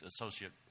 associate